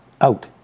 out